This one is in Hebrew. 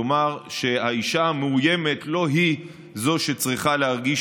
כלומר לא האישה המאוימת היא שצריכה להרגיש